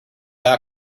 back